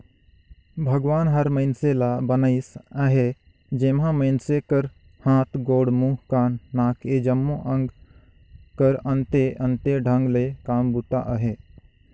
भगवान हर मइनसे ल बनाइस अहे जेम्हा मइनसे कर हाथ, गोड़, मुंह, कान, नाक ए जम्मो अग कर अन्ते अन्ते ढंग ले काम बूता अहे